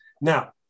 now